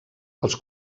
els